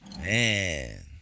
Man